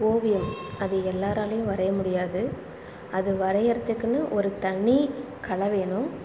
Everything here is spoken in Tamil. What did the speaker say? ஓவியம் அது எல்லாராலையும் வரைய முடியாது அது வரைகிறதுக்குன்னு ஒரு தனி கலை வேணும்